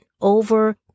over